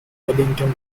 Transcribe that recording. wellington